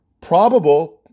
probable